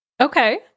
Okay